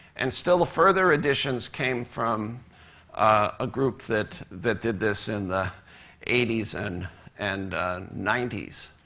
and still further editions came from a group that that did this in the eighty s and and ninety s.